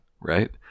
Right